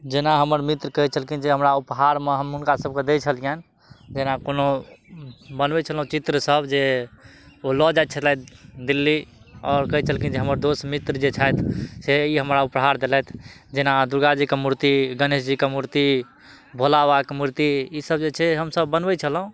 जेना हमर मित्र कहै छलखिन जे हमरा उपहारमे हम हुनका सबके दै छलियनि जेना कोनो बनबै छलहुॅं चित्र सब जे ओ लऽ जाइत छलैथ दिल्ली आओर कहै छलखिन जे हमर दोस्त मित्र जे छथि से ई हमरा उपहार देलथि जेना दुर्गाजीके मूर्ति गणेश जीके मूर्ति भोला बाबाके मूर्ति ई सब जे छै हमसब बनबै छलहुॅं